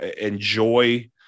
enjoy